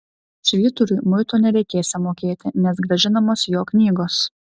švyturiui muito nereikėsią mokėti nes grąžinamos jo knygos